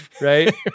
right